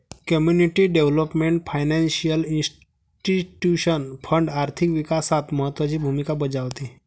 community development financial institution fund आर्थिक विकासात महत्त्वाची भूमिका बजावते